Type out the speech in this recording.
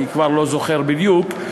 אני כבר לא זוכר בדיוק,